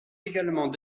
également